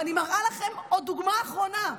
ואני מראה לכם עוד דוגמה אחרונה.